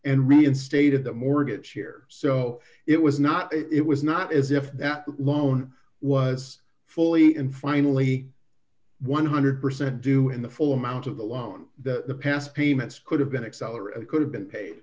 and reinstated the mortgage here so it was not it was not as if that loan was fully in finally one hundred percent due in the full amount of the loan the past payments could have been excel or it could have been paid